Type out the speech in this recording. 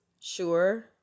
Sure